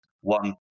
one